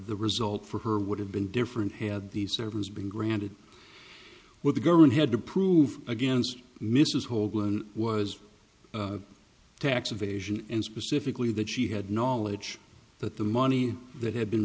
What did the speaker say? the result for her would have been different had these servers been granted what the government had to prove against mrs holden was a tax evasion and specifically that she had knowledge that the money that had been